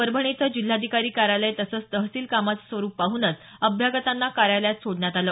परभणी इथं जिल्हाधिकारी कार्यालय तसंच तहसील कामाचं स्वरूप पाहनच अभ्यागतांना कायोलयात सोडण्यात आलं